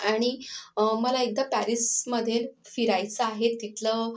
आणि मला एकदा पॅरिसमध्ये फिरायचं आहे तिथलं